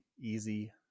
easy